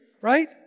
Right